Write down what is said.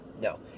No